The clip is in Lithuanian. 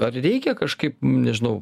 ar reikia kažkaip nežinau